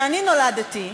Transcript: כשאני נולדתי,